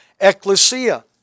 ecclesia